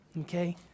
Okay